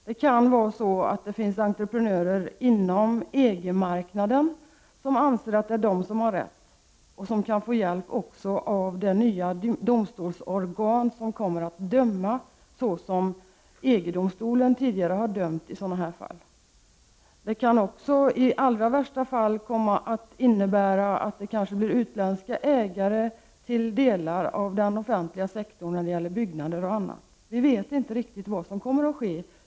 Det kan komma att finnas entreprenörer inom EG-marknaden som anser att de har rätt att gå in, och de kan komma att få hjälp av det nya domstolsorgan som kommer att döma på det sätt som EG-domstolen tidigare har dömt i sådana fall. Det kan också i allra värsta fall komma att bli utländska ägare av delar av den offentliga sektorns tillgångar, som t.ex. byggnader. Vi vet inte riktigt vad som kommer att ske.